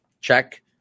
Check